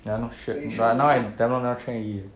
ya no shit but now I damn long never train already